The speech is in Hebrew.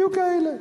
היו כאלה.